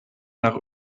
nach